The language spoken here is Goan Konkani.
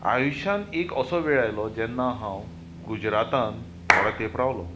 आयुश्यांत एक असो वेळ आयलो जेन्ना हांव गुजरातांत थोडो तेंप रावलो